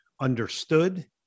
understood